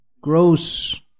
Gross